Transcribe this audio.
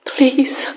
Please